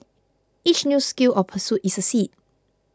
each new skill or pursuit is a seed